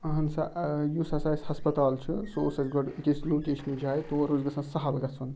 اَہَن سا آ یُس ہَسا اَسہِ ہَسپَتال چھُ سُہ اوس اَسہِ گۄڈٕ أکِس لوکیشنہِ جاے تور اوس گژھان سہل گژھُن